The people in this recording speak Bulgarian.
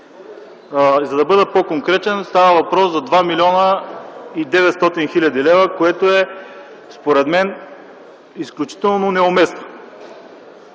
За да бъда по-конкретен, става въпрос за 2 млн. 900 хил. лв., което според мен е изключително неуместно.